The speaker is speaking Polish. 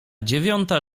dziewiąta